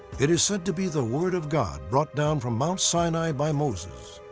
it is said to be the word of god brought down from mount sinai by moses.